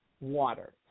water